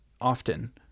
often